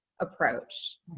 approach